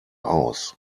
aus